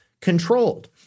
controlled